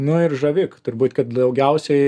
nu ir žavi kad turbūt kad daugiausiai